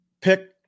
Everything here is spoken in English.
pick